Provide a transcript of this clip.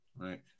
right